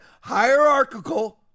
Hierarchical